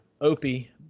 Opie